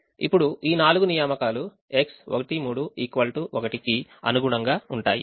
ఇప్పుడు ఈ నాలుగు నియామకాలు X13 1 కి అనుగుణంగా ఉంటాయి